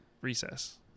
recess